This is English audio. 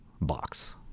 box